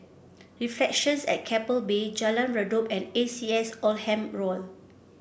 Reflections at Keppel Bay Jalan Redop and A C S Oldham Hall